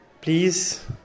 please